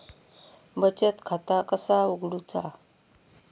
बचत खाता कसा उघडूचा?